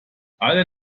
alle